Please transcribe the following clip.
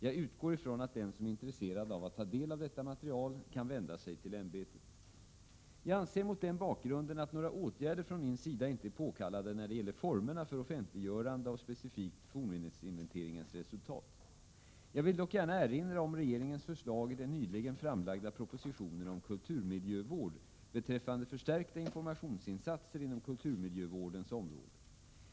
Jag utgår från att den som är intresserad av att ta del av detta material kan vända sig till riksantikvarieämbetet. Jag anser mot denna bakgrund att några åtgärder från min sida inte är påkallade när det gäller formerna för offentliggörande av specifikt fornminnesinventeringens resultat. Jag vill dock gärna erinra om regeringens förslag i den nyligen framlagda propositionen om kulturmiljövård beträffande förstärkta informationsinsatser inom kulturmiljövårdens område.